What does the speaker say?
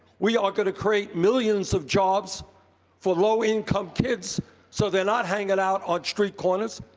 we are going to create millions of jobs for low-income kids so they're not hanging out on street corners.